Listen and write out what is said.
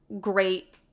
great